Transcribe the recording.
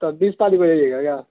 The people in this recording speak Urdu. تو آپ بیس تایخ کو رہیے گا کیا